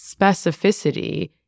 specificity